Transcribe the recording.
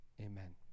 Amen